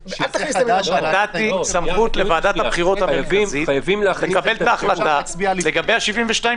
נתתי סמכות לוועדת הבחירות המרכזית לקבל את ההחלטה אם להצביע לפני.